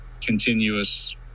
continuous